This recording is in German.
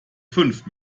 fünf